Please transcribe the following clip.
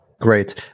Great